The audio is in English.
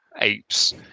apes